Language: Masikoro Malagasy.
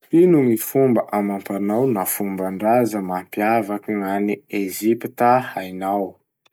Ino gny fomba amam-panao na fomban-draza mampiavaky gn'any Ezipta hainao?